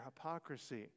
hypocrisy